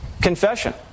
confession